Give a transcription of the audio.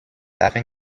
afin